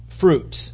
fruit